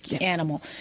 animal